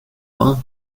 vingt